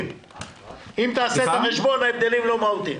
אם תעשה את החשבון, ההבדלים לא מהותיים.